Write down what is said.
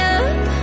up